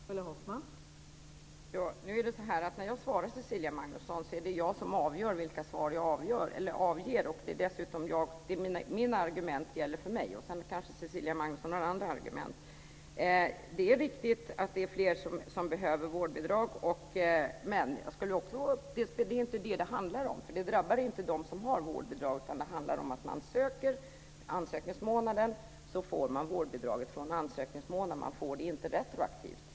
Fru talman! Nu är det så, Cecilia Magnusson, att när jag svarar är det jag som avgör vilka svar jag avger. Dessutom är det mina argument som gäller för mig. Sedan kanske Cecilia Magnusson har andra argument. Det är riktigt att det är fler som behöver vårdbidrag. Men det är inte detta det handlar om, för det här drabbar inte dem som har vårdbidrag. Det handlar om att när man söker får man vårdbidraget från ansökningsmånaden. Man får det inte retroaktivt.